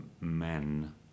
men